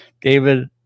David